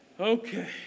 Okay